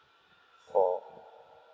four